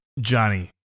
Johnny